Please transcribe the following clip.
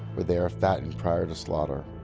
where they are fattened prior to slaughter.